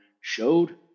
showed